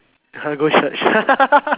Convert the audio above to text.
go church